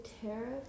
tariff